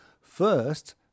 First